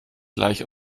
gleich